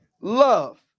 Love